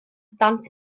ddant